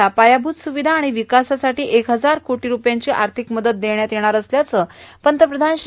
ला पायाभूत सुविधा आणि विकासासाठी एक हजार कोटी रूपयांची आर्थिक मदत देण्यात येणार असल्याचं पंतप्रधान श्री